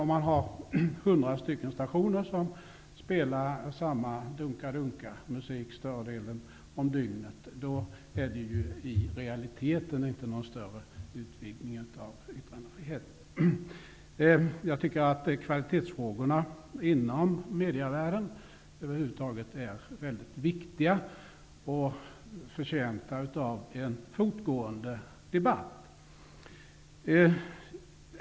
Men hundra stationer som spelar samma dunkadunkamusik större delen av dygnet innebär i realiteten ingen större vidgning av yttrandefriheten. Kvalitetsfrågorna inom medievärlden över huvud taget är väldigt viktiga och förtjänta av en fortgående debatt.